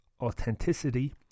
authenticity